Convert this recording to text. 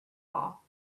all